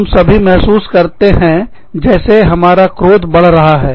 हम सभी महसूस करते हैं जैसे हमारा क्रोध बढ़ रहा है